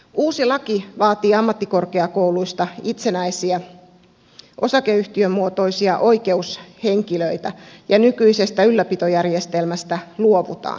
uusi laki vaatii ammattikorkeakouluista itsenäisiä osakeyhtiömuotoisia oikeushenkilöitä ja nykyisestä ylläpitojärjestelmästä luovutaan